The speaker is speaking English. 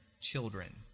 children